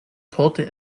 torte